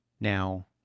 Now